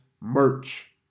merch